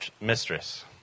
mistress